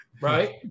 right